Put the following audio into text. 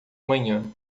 manhã